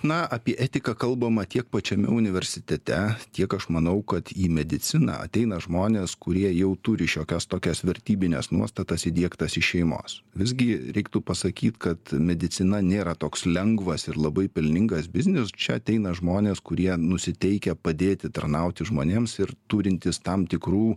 na apie etiką kalbama tiek pačiame universitete tiek aš manau kad į mediciną ateina žmonės kurie jau turi šiokias tokias vertybines nuostatas įdiegtas iš šeimos visgi reiktų pasakyt kad medicina nėra toks lengvas ir labai pelningas biznis čia ateina žmonės kurie nusiteikę padėti tarnauti žmonėms ir turintys tam tikrų